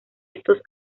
estos